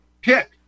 pick